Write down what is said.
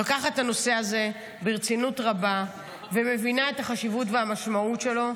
לוקחת את הנושא הזה ברצינות רבה ומבינה את החשיבות והמשמעות שלו.